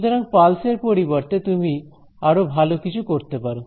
সুতরাং পালস এর পরিবর্তে তুমি আরো ভালো কিছু করতে পারো